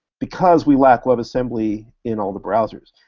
because we lack webassembly in older browsers,